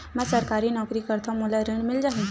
मै सरकारी नौकरी करथव मोला ऋण मिल जाही?